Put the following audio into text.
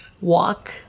walk